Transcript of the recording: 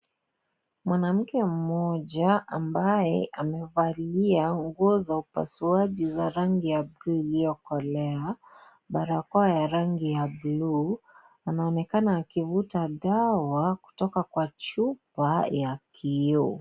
Mwanamke mmoja ambaye amevalia nguo za upasuaji za rangi ya buluu iliyokolea, barakoa la rangi ya buluu anaonekana akivuta dawa kutoka kwa chupa ya kioo.